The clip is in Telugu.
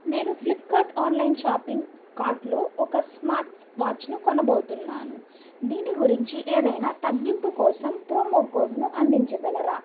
నేను ఫ్లిప్కార్ట్ ఆన్లైన్ షాపింగ్ కార్ట్లో ఒక స్మార్ట్ వాచ్ను కొనబోతున్నాను దీని గురించి ఏదైనా తగ్గింపు కోసం ప్రోమో కోడ్ను అందించగలరా